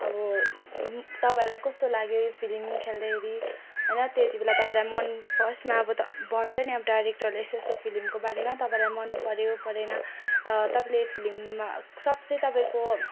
अब तपाईँलाई कस्तो लाग्यो यो फिल्म खेल्दाखेरि होइन त्यति बेला तपाईँलाई मन फर्स्टमा अब त भन्छ नि डायरेक्टरहरूले यस्तो यस्तो फिल्मको बारेमा तपाईँलाई मनपर्यो परेन र तपाईँले यो फिल्ममा सबसे तपाईँको